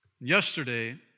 Yesterday